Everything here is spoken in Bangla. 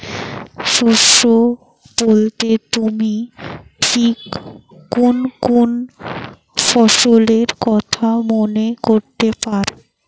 শস্য বোলতে তুমি ঠিক কুন কুন ফসলের কথা মনে করতে পার?